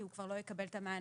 כי הוא כבר לא יקבל את המענק.